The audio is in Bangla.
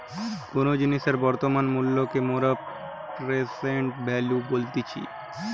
কোনো জিনিসের বর্তমান মূল্যকে মোরা প্রেসেন্ট ভ্যালু বলতেছি